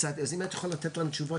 אז אם את יכולה לתת לנו תשובות,